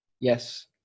yes